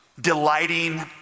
delighting